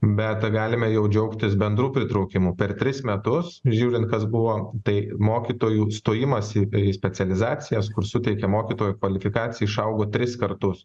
bet galime jau džiaugtis bendru pritraukimu per tris metus žiūrint kas buvo tai mokytojų stojimas į į specializacijas kur suteikia mokytojo kvalifikaciją išaugo tris kartus